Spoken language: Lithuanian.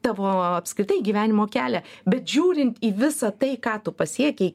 tavo apskritai gyvenimo kelią bet žiūrint į visa tai ką tu pasiekei